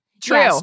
True